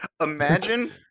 Imagine